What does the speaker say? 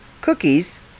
cookies